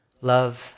love